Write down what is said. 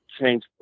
change